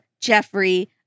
Jeffrey